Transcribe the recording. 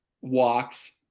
walks